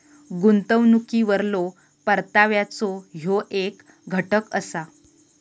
गुंतवणुकीवरलो परताव्याचो ह्यो येक घटक असा